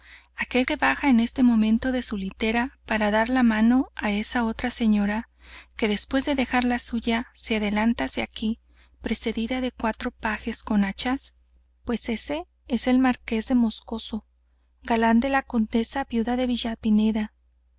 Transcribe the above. aquél que baja en este momento de su litera para dar la mano á esa otra señora que después de dejar la suya se adelanta hacia aquí precedida de cuatro pajes con hachas pues ese es el marqués de moscoso galán de la condesa viuda de